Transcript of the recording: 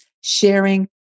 sharing